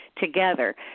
together